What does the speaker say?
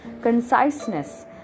Conciseness